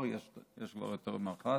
יש כבר יותר מאחת,